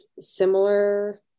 similar